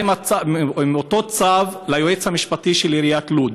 הוא בא עם אותו צו ליועץ המשפטי של עיריית לוד,